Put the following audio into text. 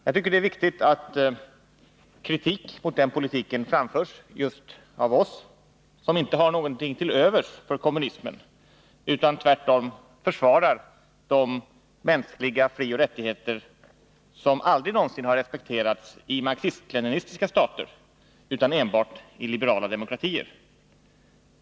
Jag tycker det är viktigt att kritik mot den politiken framförs av just oss, som inte har något till övers för kommunismen utan tvärtom försvarar de mänskliga frioch rättigheter som aldrig någonsin har respekterats i marxist-leninistiska stater, utan enbart i liberala demokratier.